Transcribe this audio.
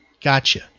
Gotcha